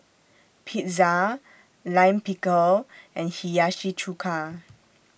Pizza Lime Pickle and Hiyashi Chuka